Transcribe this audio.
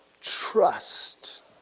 Trust